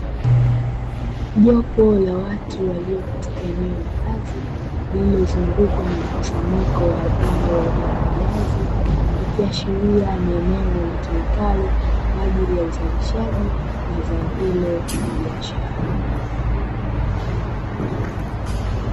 Jopo la watu walio katika eneo la wazi lililozungukwa na mkusanyiko wa zao la viazi, ikiashiria ni eneo litumikalo kwa ajili ya uzalishaji wa zao hilo la biashara.